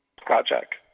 project